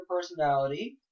personality